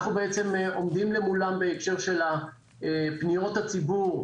אנחנו בעצם עומדים למולם בהקשר של פניות הציבור.